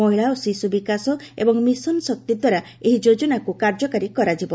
ମହିଳା ଓ ଶିଶୁବିକାଶ ଏବଂ ମିଶନ୍ ଶକ୍ତିଦ୍ୱାରା ଏହି ଯୋଜନାକୁ କାର୍ଯ୍ୟକାରୀ କରାଯିବ